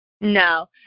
No